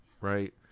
right